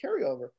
carryover